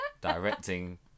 directing